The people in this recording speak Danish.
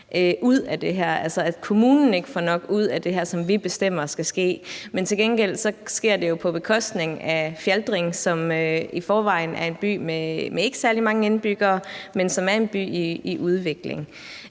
at kommunen ikke får nok ud af det her, som vi bestemmer skal ske. Men til gengæld sker det jo på bekostning af Fjaltring, som i forvejen er en by med ikke særlig mange indbyggere, men som er en by i udvikling.